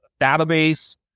database